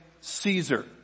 Caesar